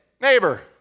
neighbor